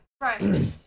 Right